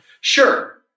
Sure